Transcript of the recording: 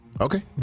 okay